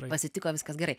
pasitiko viskas gerai